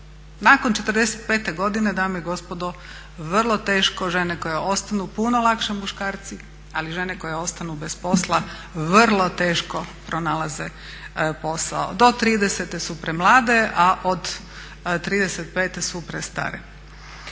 Nakon 45 godine dame i gospodo vrlo teško žene koje ostanu, puno lakše muškarci, ali žene koje ostanu bez posla vrlo teško pronalaze posao. Do 30 su premlade, a od 35 su prestare.